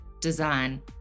design